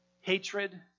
Hatred